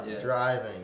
driving